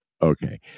Okay